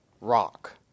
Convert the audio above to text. rock